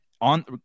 on